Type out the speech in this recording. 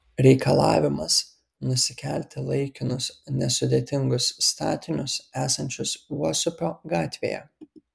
reikalavimas nusikelti laikinus nesudėtingus statinius esančius uosupio gatvėje